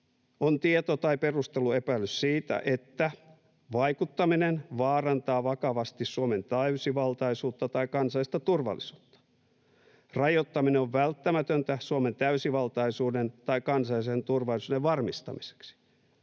”On tieto tai perusteltu epäily siitä, että vaikuttaminen vaarantaa vakavasti Suomen täysivaltaisuutta tai kansallista turvallisuutta, rajoittaminen on välttämätöntä Suomen täysivaltaisuuden tai kansallisen turvallisuuden varmistamiseksi,